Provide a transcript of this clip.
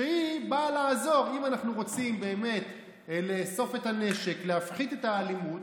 שבאה לעזור אם אנחנו רוצים באמת לאסוף את הנשק ולהפחית את האלימות.